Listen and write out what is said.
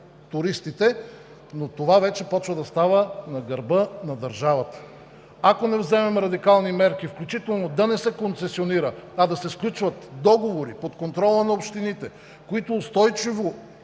туристите, но това вече започва да става на гърба на държавата. Ако не вземем радикални мерки, включително да не се концесионира, а да се сключват договори под контрола на общините, които устойчиво